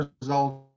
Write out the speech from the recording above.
results